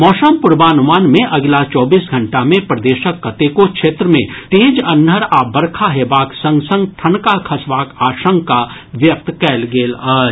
मौसम पूर्वानुमान मे अगिला चौबीस घंटा मे प्रदेशक कतेको क्षेत्र मे तेज अन्हर आ बरखा हेबाक संग संग ठनका खसबाक आशंका व्यक्त कयल गेल अछि